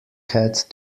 had